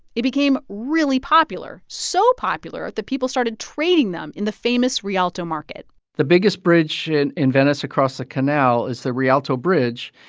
it became really popular so popular that people started trading them in the famous rialto market the biggest bridge and in venice across the canal is the rialto bridge.